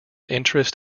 interest